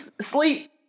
sleep